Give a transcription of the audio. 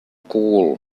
cogul